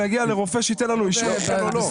זה שוב להגיע לרופא שייתן לנו אישור או לא.